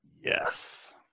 Yes